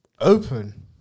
open